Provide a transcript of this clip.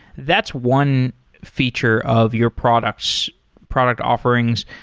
that's one feature of your product product offerings.